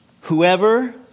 Whoever